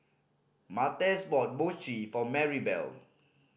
Martez bought Mochi for Marybelle